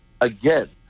again